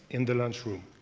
in the lunchroom.